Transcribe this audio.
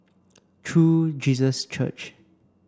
True Jesus Church